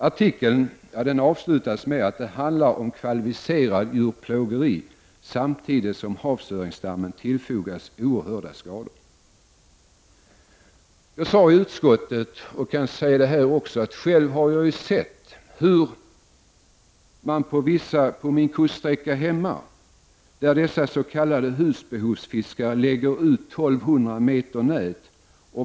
Artikeln avslutas med: ”Det handlar om kvalificerat djurplågeri. Samtidigt som havsöringsstammen tillfogas oerhörda skador.” Jag sade i utskottet, och jag kan säga det här också, att jag själv har sett hur dessa s.k. husbehovsfiskare på kuststräckan vid mitt hem lägger ut 1 200 m nät.